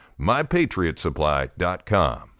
MyPatriotSupply.com